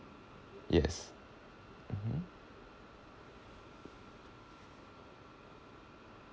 yes mmhmm